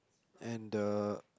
and the